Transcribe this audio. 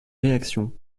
réactions